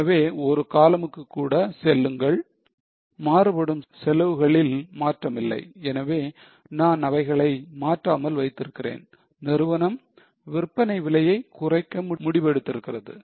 எனவே ஒரு column க்கு கூட செல்லுங்கள் மாறுபடும் செலவுகளில் மாற்றமில்லை எனவே நான் அவைகளை மாற்றாமல் வைத்திருக்கிறேன் நிறுவனம் விற்பனை விலையை குறைக்க முடிவு எடுத்திருக்கிறது